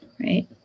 right